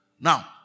Now